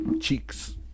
cheeks